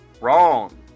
wrong